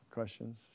Questions